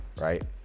right